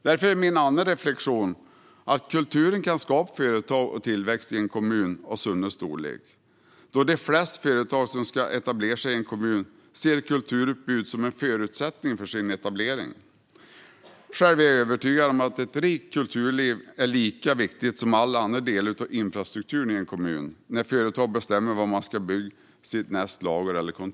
Därför är min reflektion att kulturen kan skapa företag och tillväxt i en kommun av Sunnes storlek. De flesta företag som ska etablera sig i en kommun ser nämligen kulturutbudet som en förutsättning för etableringen. Jag är övertygad om att ett rikt kulturliv är lika viktigt som alla andra delar av infrastrukturen i en kommun när ett företag ska bestämma var det ska bygga sitt nästa lager eller kontor.